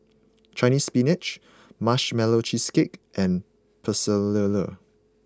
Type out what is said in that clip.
Chinese Spinach Marshmallow Cheesecake and Pecel Lele